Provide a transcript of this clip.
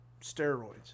steroids